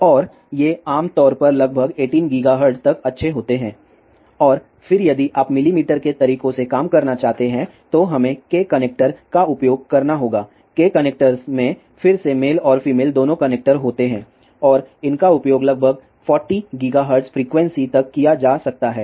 और ये आम तौर पर लगभग 18 गीगाहर्ट्ज़ तक अच्छे होते हैं और फिर यदि आप मिलीमीटर के तरीकों से काम करना चाहते हैं तो हमें K कनेक्टर का उपयोग करना होगा K कनेक्टर्स में फिर से मेल और फीमेल दोनों कनेक्टर होते हैं और इनका उपयोग लगभग 40 गीगाहर्ट्ज़ फ्रीक्वेंसी तक किया जा सकता है